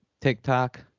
TikTok